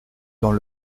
dans